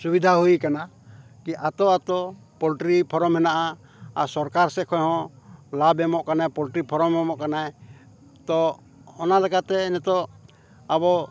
ᱥᱩᱵᱤᱫᱷᱟ ᱦᱩᱭ ᱠᱟᱱᱟ ᱠᱤ ᱟᱛᱳ ᱟᱛᱳ ᱯᱚᱞᱴᱨᱤ ᱯᱷᱟᱨᱢ ᱢᱮᱱᱟᱜᱼᱟ ᱟᱨ ᱥᱚᱨᱠᱟᱨ ᱥᱮᱫ ᱠᱷᱚᱱ ᱦᱚᱸ ᱞᱟᱵᱷ ᱮᱢᱚᱜ ᱠᱟᱱᱟᱭ ᱯᱚᱞᱴᱨᱤ ᱯᱷᱟᱨᱢ ᱮᱢᱚᱜ ᱠᱟᱱᱟᱭ ᱛᱚ ᱚᱱᱟ ᱞᱮᱠᱟᱛᱮ ᱱᱤᱛᱳᱜ ᱟᱵᱚ